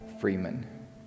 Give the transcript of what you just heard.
Freeman